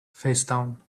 facedown